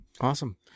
Awesome